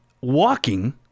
walking